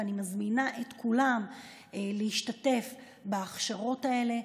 ואני מזמינה את כולם להשתתף בהכשרות האלה.